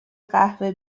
قهوه